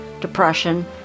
depression